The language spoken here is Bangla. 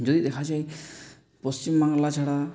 যদি দেখা যায় পশ্চিমবাংলা ছাড়া